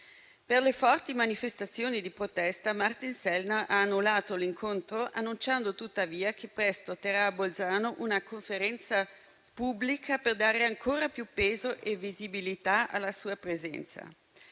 Per le forti manifestazioni di protesta, Martin Sellner ha annullato l'incontro, annunciando tuttavia che presto terrà a Bolzano una conferenza pubblica per dare ancora più peso e visibilità alla sua presenza.